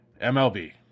MLB